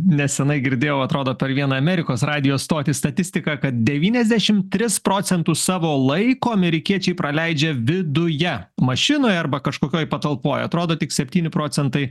neseniai girdėjau atrodo per vieną amerikos radijo stotis statistiką kad devyniasdešimt tris procentus savo laiko amerikiečiai praleidžia viduje mašinoje arba kažkokioj patalpoje atrodo tik septyni procentai